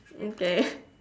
okay